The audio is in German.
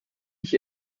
ich